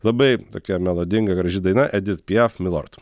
labai tokia melodinga graži daina edit piaf milord